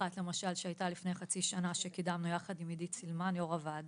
על הכרה בתפקיד של מאבטח במוסד רפואי